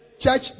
Church